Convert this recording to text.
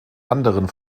anderen